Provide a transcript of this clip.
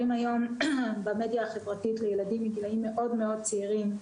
היום במדיה החברתית לילדים לגילאים מאוד מאוד צעירים,